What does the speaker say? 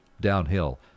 downhill